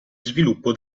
sviluppo